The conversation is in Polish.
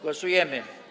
Głosujemy.